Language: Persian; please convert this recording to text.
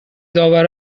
داور